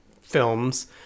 films